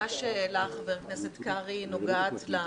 לחוות דעתו.